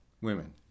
women